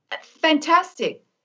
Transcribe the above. fantastic